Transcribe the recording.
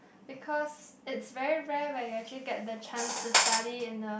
because it's very rare where you actually get the chance to study in a